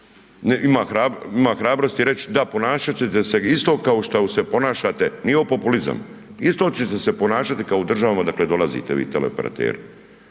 ima hrabrosti reći da, ponašat ćete isto kao što se ponašate, nije ovo populizam, isto ćete se ponašati kao u državama odakle dolazite vi teleoperateri